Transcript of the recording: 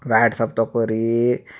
WhatsApp ತಗೋರಿ